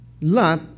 Lot